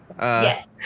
Yes